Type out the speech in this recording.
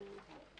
הזאת.